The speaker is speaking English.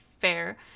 Fair